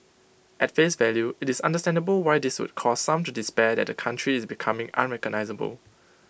at face value IT is understandable why this would cause some to despair that the country is becoming unrecognisable